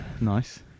Nice